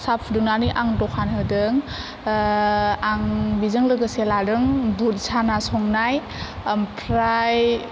साहा फुदुंनानै आं दखान होदों आं बिजों लोगोसे लादों बुथ साना संनाय ओमफ्राय